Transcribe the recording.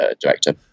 director